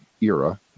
era